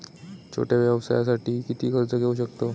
छोट्या व्यवसायासाठी किती कर्ज घेऊ शकतव?